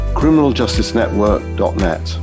criminaljusticenetwork.net